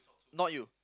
not you